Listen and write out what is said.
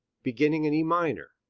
beginning in e minor.